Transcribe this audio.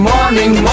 Morning